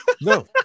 No